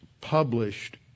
published